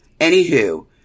Anywho